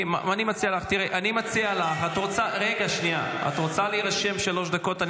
אני מציע לך, את רוצה להירשם לשלוש דקות?